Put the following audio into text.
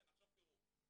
עכשיו תראו,